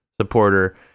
supporter